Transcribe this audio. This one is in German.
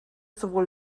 sowohl